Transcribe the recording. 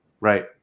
right